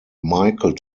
michael